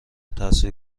تاثیر